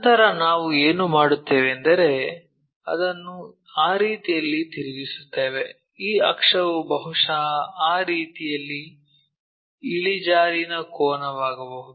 ನಂತರ ನಾವು ಏನು ಮಾಡುತ್ತೇವೆಂದರೆ ಅದನ್ನು ಆ ರೀತಿಯಲ್ಲಿ ತಿರುಗಿಸುತ್ತೇವೆ ಈ ಅಕ್ಷವು ಬಹುಶಃ ಆ ರೀತಿಯಲ್ಲಿ ಇಳಿಜಾರಿನ ಕೋನವಾಗಬಹುದು